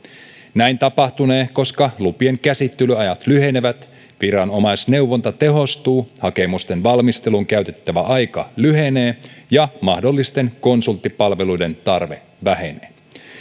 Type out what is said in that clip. näin tapahtunee koska lupien käsittelyajat lyhenevät viranomaisneuvonta tehostuu hakemusten valmisteluun käytettävä aika lyhenee ja mahdollisten konsulttipalveluiden tarve vähenee